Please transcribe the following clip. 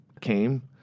came